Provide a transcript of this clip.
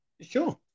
Sure